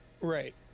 Right